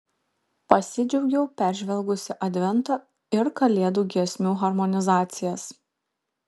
pasidžiaugiau peržvelgusi advento ir kalėdų giesmių harmonizacijas